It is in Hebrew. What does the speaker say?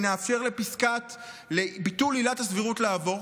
ונאפשר לביטול עילת הסבירות לעבור,